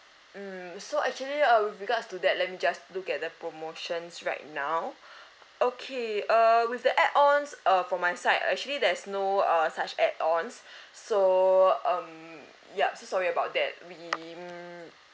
mm so actually uh with regards to that let me just look at the promotions right now okay uh with the add ons uh for my side actually there's no err such add ons so um yup so sorry about that we mm